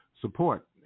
support